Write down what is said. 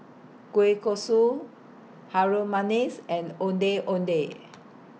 Kueh Kosui Harum Manis and Ondeh Ondeh